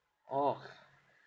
orh